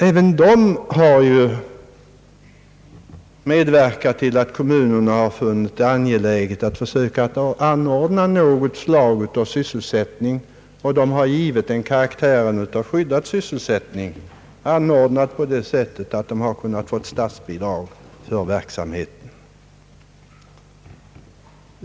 Även de har ju medverkat till att kommunerna funnit det angeläget att försöka anordna något slag av sysselsättning, och de har givit den karaktären av skyddad sysselsättning anordnad på det sättet, att man har kunnat få statsbidrag för verksamheten.